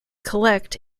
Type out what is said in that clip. collect